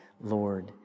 Lord